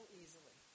easily